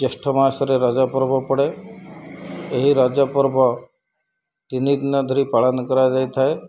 ଜ୍ୟେଷ୍ଠ ମାସରେ ରଜପର୍ବ ପଡ଼େ ଏହି ରଜପର୍ବ ତିନିଦିନ ଧରି ପାଳନ କରାଯାଇଥାଏ